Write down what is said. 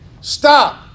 Stop